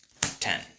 ten